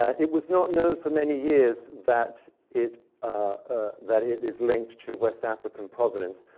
ah it was not known for many years that it ah that it is linked to west african provenance,